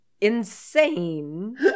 insane